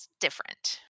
different